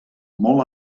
molt